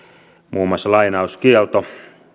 muun muassa lainauskielto